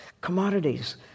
commodities